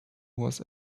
was